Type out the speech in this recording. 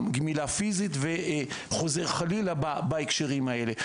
גמילה פיזית וחוזר חלילה בהקשרים האלה.